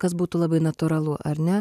kas būtų labai natūralu ar ne